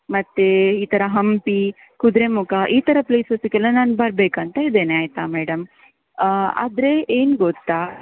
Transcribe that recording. ಮತ್ತೆ ಈ ಥರ ಹಂಪಿ ಕುದುರೆಮುಖ ಈ ಥರ ಪ್ಲೇಸಸ್ಸಿಗೆಲ್ಲ ನಾನು ಬರಬೇಕು ಅಂತ ಇದ್ದೇನೆ ಆಯಿತಾ ಮೇಡಮ್ ಆದರೆ ಏನು ಗೊತ್ತಾ